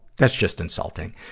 that's just insulting.